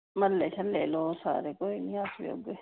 म्हल्ले श्हल्ले लोक सारे कोई नि अस बी औगे